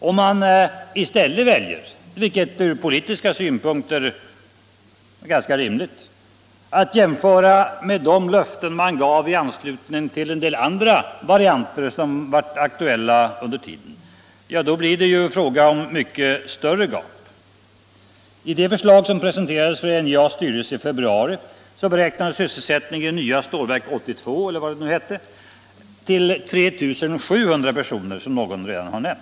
Om man i stället väljer att jämföra med de löften man gav i anslutning till en del andra varianter som blev aktuell under tiden, då blir det fråga om mycket större gap. I det förslag som presenterades för NJA:s styrelse i februari beräknades sysselsättningen till 3 700 personer.